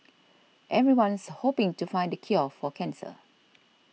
everyone's hoping to find the cure for cancer